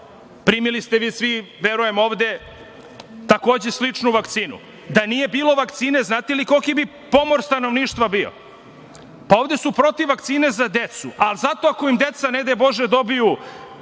primili ste vi svi, verujem, ovde takođe sličnu vakcinu. Da nije bilo vakcine znate li koliki bi pomor stanovništva bio? Ovde su protiv vakcine za decu, ali zato ako im deca ne daj Bože dobiju